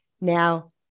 Now